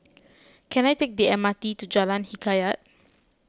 can I take the M R T to Jalan Hikayat